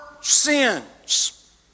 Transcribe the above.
sins